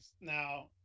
Now